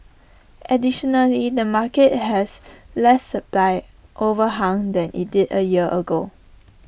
additionally the market has less supply overhang than IT did A year ago